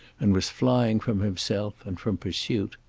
and was flying from himself and from pursuit.